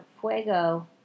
fuego